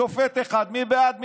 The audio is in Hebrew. שופט אחד, מי בעד?